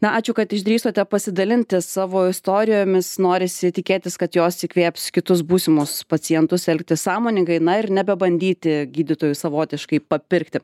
na ačiū kad išdrįsote pasidalinti savo istorijomis norisi tikėtis kad jos įkvėps kitus būsimus pacientus elgtis sąmoningai na ir nebebandyti gydytojų savotiškai papirkti